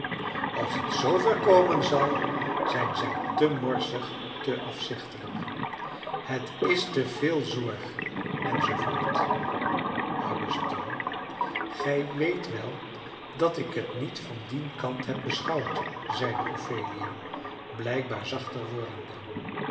als het zoover komen zal zijn zij te morsig en te afzichtelijk het is te veel zorg en zoo voort augustine gij weet wel dat ik het niet van dien kant heb beschouwd zeide ophelia blijkbaar zachter wordende